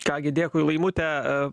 ką gi dėkui laimute